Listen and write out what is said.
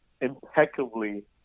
impeccably